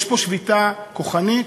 יש פה שביתה כוחנית,